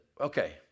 okay